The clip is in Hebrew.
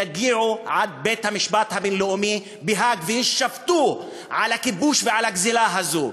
יגיעו עד בית-המשפט הבין-לאומי בהאג ויישפטו על הכיבוש ועל הגזלה הזו.